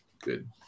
good